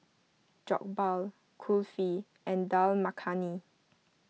Jokbal Kulfi and Dal Makhani